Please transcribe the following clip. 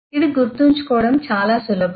ఇది గుర్తుంచుకోవడం చాలా సులభం